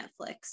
Netflix